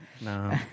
No